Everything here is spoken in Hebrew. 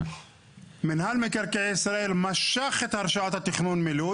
מינהל מקרקעי ישראל משך את הרשאת התכנון מלוד